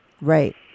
Right